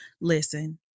Listen